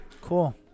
Cool